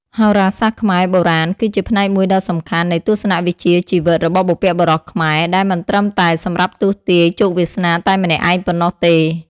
ហោរាសាស្ត្រខ្មែរបុរាណគឺជាផ្នែកមួយដ៏សំខាន់នៃទស្សនៈវិជ្ជាជីវិតរបស់បុព្វបុរសខ្មែរ ដែលមិនត្រឹមតែសម្រាប់ទស្សន៍ទាយជោគវាសនាតែម្នាក់ឯងប៉ុណ្ណោះទេ។